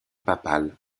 papale